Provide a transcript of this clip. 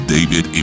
David